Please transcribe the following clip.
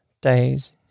days